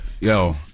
Yo